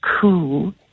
cool